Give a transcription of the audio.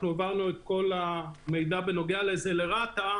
העברנו את כל המידע בנוגע לזה לרת"א